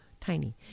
Tiny